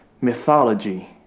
mythology